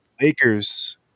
Lakers –